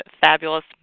fabulous